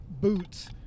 boots